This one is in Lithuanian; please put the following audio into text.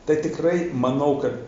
tai tikrai manau kad